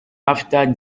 after